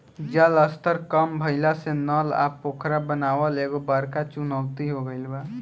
जल स्तर कम भइला से नल आ पोखरा बनावल एगो बड़का चुनौती हो गइल बा